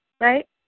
right